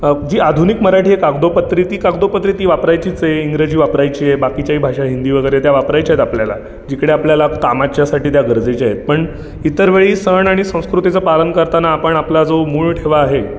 जी आधुनिक मराठी आहे कागदोपत्री ती कागदोपत्री ती वापरायचीच आहे इंग्रजी वापरायची आहे बाकीच्याही भाषा हिंदी वगैरे त्या वापरायच्या आहेत आपल्याला इकडे आपल्याला कामाच्यासाठी त्या गरजेच्या आहेत पण इतर वेळी सण आणि संस्कृतीचं पालन करताना आपण आपला जो मूळ ठेवा आहे